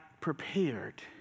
prepared